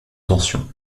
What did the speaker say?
tension